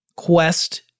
quest